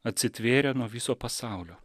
atsitvėrę nuo viso pasaulio